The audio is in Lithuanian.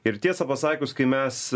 ir tiesą pasakius kai mes